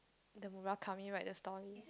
the moral come in right the story